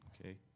Okay